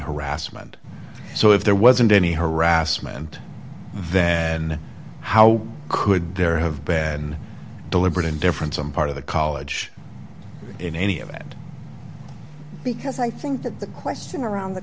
harassment so if there wasn't any harassment then how could there have been deliberate indifference on part of the college in any event because i think that the question around the